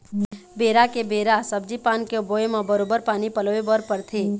बेरा के बेरा सब्जी पान के बोए म बरोबर पानी पलोय बर परथे